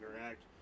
interact